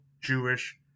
Jewish